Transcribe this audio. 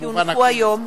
כי הונחו היום על